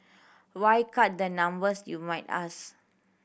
why cut the numbers you might ask